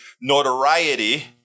notoriety